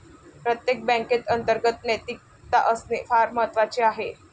प्रत्येक बँकेत अंतर्गत नैतिकता असणे फार महत्वाचे आहे